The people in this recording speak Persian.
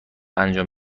انجام